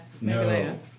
No